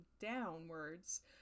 downwards